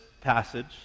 passage